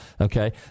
okay